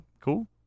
cool